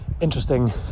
interesting